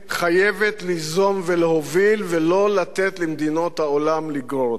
חייבת ליזום ולהוביל ולא לתת למדינות העולם לגרור אותנו.